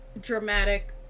dramatic